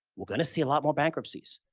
we're going to see a lot more bankruptcies.